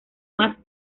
más